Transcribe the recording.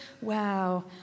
wow